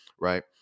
Right